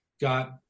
got